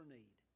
need